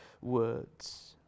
words